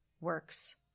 works